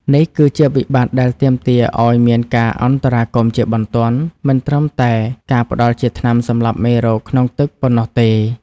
នេះគឺជាវិបត្តិដែលទាមទារឱ្យមានការអន្តរាគមន៍ជាបន្ទាន់ មិនត្រឹមតែការផ្ដល់ជាថ្នាំសម្លាប់មេរោគក្នុងទឹកប៉ុណ្ណោះទេ។